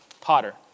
potter